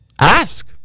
Ask